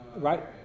Right